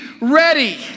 ready